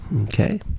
Okay